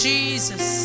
Jesus